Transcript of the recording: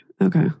Okay